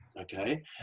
okay